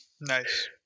nice